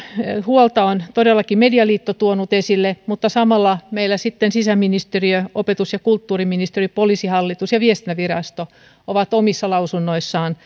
huolta on todellakin medialiitto tuonut esille mutta samalla meillä sisäministeriö opetus ja kulttuuriministeriö poliisihallitus ja viestintävirasto ovat omissa lausunnoissaan